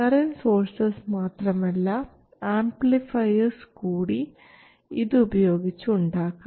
current sources മാത്രമല്ല amplifiers കൂടി ഇത് ഉപയോഗിച്ച് ഉണ്ടാക്കാം